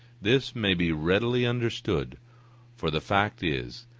this may be readily understood for the fact is,